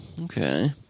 Okay